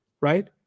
right